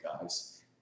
guys